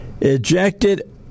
ejected